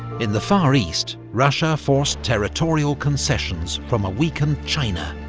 in the far east, russia forced territorial concessions from a weakened china,